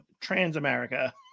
trans-America